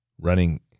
Running